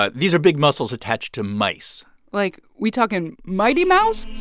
but these are big muscles attached to mice like, we talking mighty mouse.